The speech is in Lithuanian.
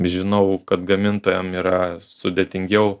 žinau kad gamintojam yra sudėtingiau